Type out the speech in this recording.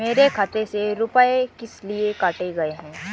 मेरे खाते से रुपय किस लिए काटे गए हैं?